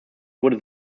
wurde